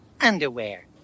underwear